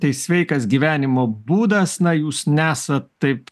tai sveikas gyvenimo būdas na jūs nesat taip